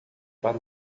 para